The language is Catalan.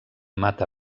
mata